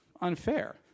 unfair